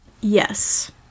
Yes